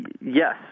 yes